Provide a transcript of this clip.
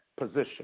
position